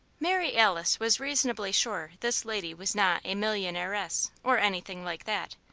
mary alice was reasonably sure this lady was not a millionairess or anything like that,